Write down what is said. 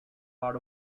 part